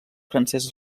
francès